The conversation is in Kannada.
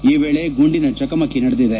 ಈ ವೇಳೆ ಗುಂಡಿನ ಚಕಮಕಿ ನಡೆದಿದೆ